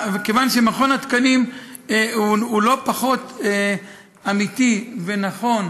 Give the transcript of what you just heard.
כיוון שמכון התקנים הוא לא פחות אמיתי ונכון